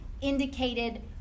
indicated